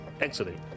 Excellent